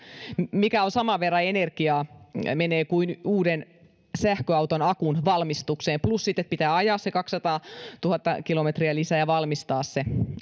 mihin menee saman verran energiaa kuin uuden sähköauton akun valmistukseen plus sitten on se että pitää ajaa se kaksisataatuhatta kilometriä lisää ja valmistaa se